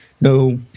No